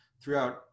throughout